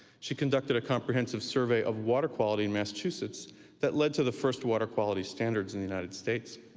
she conducted a comprehensive survey of water quality in massachusetts that led to the first water quality standards in the united states.